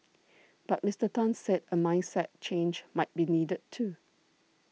but Mister Tan said a mindset change might be needed too